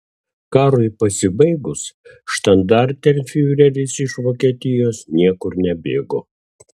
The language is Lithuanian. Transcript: karui pasibaigus štandartenfiureris iš vokietijos niekur nebėgo